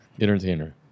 entertainer